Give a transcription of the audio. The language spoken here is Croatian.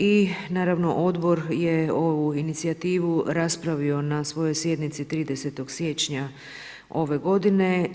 I naravno Odbor je ovu inicijativu raspravio na svojoj sjednici 30. siječnja ove godine.